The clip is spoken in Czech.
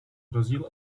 rozdíl